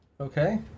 Okay